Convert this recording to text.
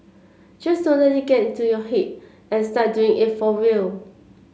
just don't let it get to your head and start doing it for real